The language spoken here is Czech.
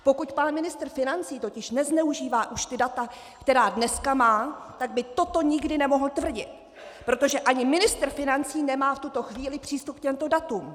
Pokud pan ministr financí totiž nezneužívá už data, která dneska má, tak by toto nikdy nemohl tvrdit, protože ani ministr financí nemá v tuto chvíli přístup k těmto datům!